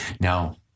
Now